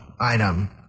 item